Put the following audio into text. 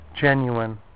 genuine